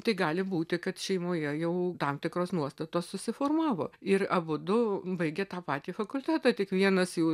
tai gali būti kad šeimoje jau tam tikros nuostatos susiformavo ir abudu baigę tą patį fakultetą tik vienas jų